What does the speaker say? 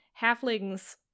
halflings